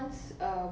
so I guess